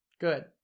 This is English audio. Good